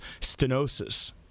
stenosis